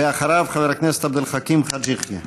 ואחריו, חבר הכנסת עבד אל חכים חאג' יחיא.